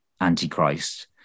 antichrist